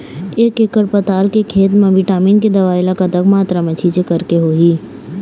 एक एकड़ पताल के खेत मा विटामिन के दवई ला कतक मात्रा मा छीचें करके होही?